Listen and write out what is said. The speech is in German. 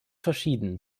verschieden